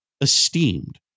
esteemed